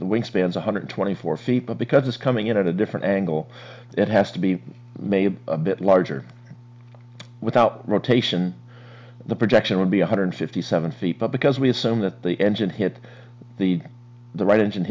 the wingspan one hundred twenty four feet but because it's coming in at a different angle it has to be made a bit larger without rotation the projection would be one hundred fifty seven feet because we assume that the engine hit the the right engine